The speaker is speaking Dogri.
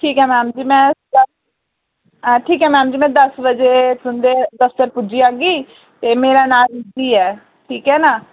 ठीक ऐ मैडम जी में ठीक ऐ मैडम जी में दस बजे तुन्दे दफ्तर पुज्जी जाह्गी ते मेरा नांऽ रीद्धि ऐ ठीक ऐ ना